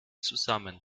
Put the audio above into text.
zusammen